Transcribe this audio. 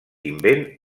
invent